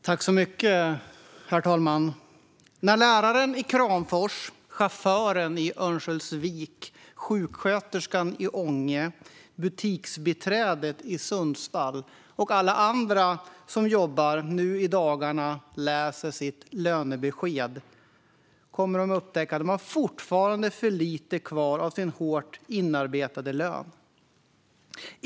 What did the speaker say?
Herr talman! När läraren i Kramfors, chauffören i Örnsköldsvik, sjuksköterskan i Ånge, butiksbiträdet i Sundsvall och alla andra som jobbar nu i dagarna läser sitt lönebesked har de fortfarande för lite kvar av sin hårt inarbetade lön.